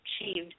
achieved